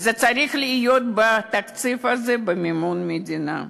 וזה צריך להיות בתקציב הזה במימון המדינה.